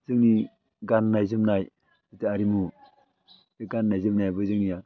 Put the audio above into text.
जोंनि गान्नाय जोमनाय जि हारिमु बे गान्नाय जोमनायाबो जोंनिया